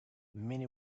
many